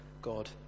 god